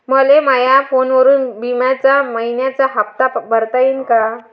मले माया फोनवरून बिम्याचा मइन्याचा हप्ता भरता येते का?